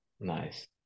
nice